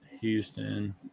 houston